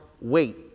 wait